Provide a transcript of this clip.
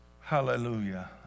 Hallelujah